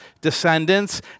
descendants